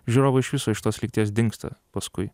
žiūrovai iš viso iš tos lygties dingsta paskui